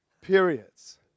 Periods